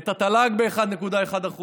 את התל"ג, ב-1.1%.